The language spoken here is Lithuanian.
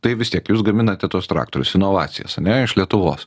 tai vis tiek jūs gaminate tuos traktorius inovacijas ane iš lietuvos